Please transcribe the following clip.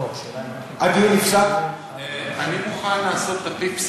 אני מוכן לעשות את הפיפסים.